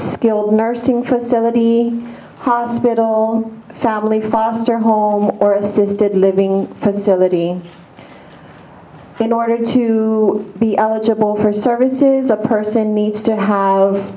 skilled nursing facility hospital family foster home or assisted living facility in order to be eligible for services a person needs to have